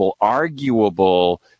arguable